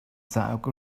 cauk